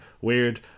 weird